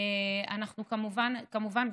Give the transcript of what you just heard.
כמובן,